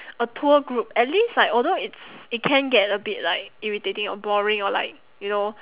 a tour group at least like although it's it can get a bit like irritating or boring or like you know